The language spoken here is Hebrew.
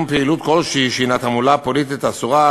פעילות כלשהי שהיא תעמולה פוליטית אסורה,